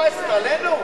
את כועסת עלינו?